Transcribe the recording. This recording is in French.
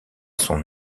son